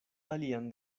alian